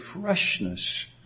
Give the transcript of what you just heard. freshness